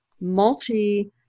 multi